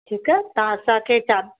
ठीकु आहे तव्हां असांखे चाब